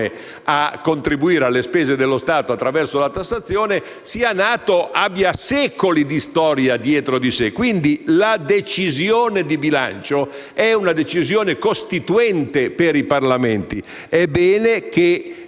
a contribuire alle spese dello Stato attraverso la tassazione, abbia secoli di storia dietro di sé. Quindi quella di bilancio è una decisione costituente per i Parlamenti,